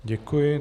Děkuji.